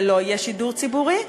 ושלא יהיה שידור ציבורי.